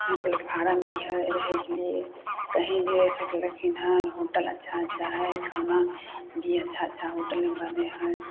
platform भी हय रहय के लिए कहीं भी रइह सकलखिन हन होटल अच्छा अच्छा हय खाना भी अच्छा अच्छा होटल मे बनय हय